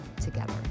together